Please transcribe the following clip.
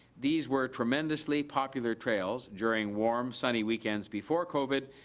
these were tremendously popular trails during warm, sunny weekends before covid,